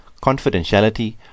confidentiality